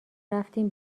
رفتیم